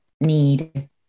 need